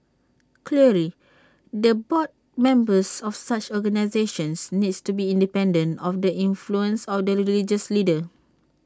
clearly the board members of such organisations needs to be independent of the influence of the religious leaders